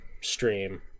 stream